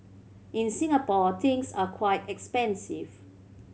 in Singapore things are quite expensive